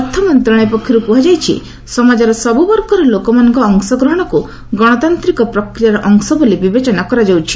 ଅର୍ଥମନ୍ତ୍ରଣାଳୟ ପକ୍ଷରୁ କୁହାଯାଇଛି ସମାଜର ସବୁବର୍ଗର ଲୋକମାନଙ୍କ ଅଂଶଗ୍ରହଣକୁ ଗଣତାନ୍ତିକ ପ୍ରକ୍ରିୟାର ଅଂଶ ବୋଲି ବିବେଚନା କରାଯାଉଛି